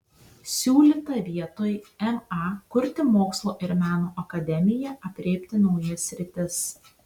siūlyta vietoj ma kurti mokslo ir meno akademiją aprėpti naujas sritis